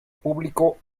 público